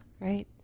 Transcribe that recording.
right